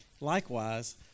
Likewise